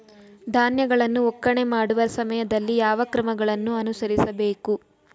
ಧಾನ್ಯಗಳನ್ನು ಒಕ್ಕಣೆ ಮಾಡುವ ಸಮಯದಲ್ಲಿ ಯಾವ ಕ್ರಮಗಳನ್ನು ಅನುಸರಿಸಬೇಕು?